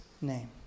name